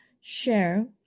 share